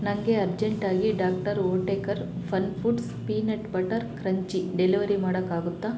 ನನಗೆ ಅರ್ಜೆಂಟಾಗಿ doctor Oetker fun foods peanut butter crunchy delivery ಮಾಡೋಕ್ಕಾಗುತ್ತಾ